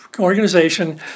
organization